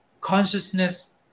consciousness